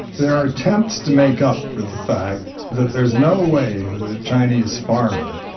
their attempts to make up for the fact that there is no way that a chinese farmer,